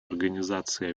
организации